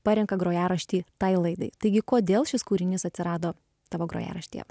parenka grojaraštį tai laidai taigi kodėl šis kūrinys atsirado tavo grojaraštyje